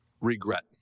regret